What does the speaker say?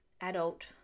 adult